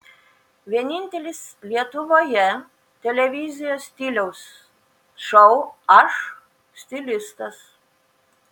vienintelis lietuvoje televizijos stiliaus šou aš stilistas